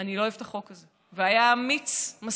אני לא אוהב את החוק הזה, והיה אמיץ מספיק.